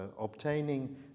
obtaining